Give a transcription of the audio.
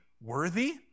worthy